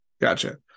gotcha